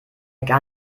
gar